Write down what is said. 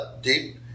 deep